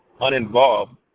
uninvolved